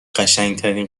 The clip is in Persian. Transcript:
قشنگترین